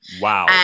Wow